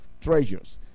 treasures